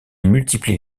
multiplie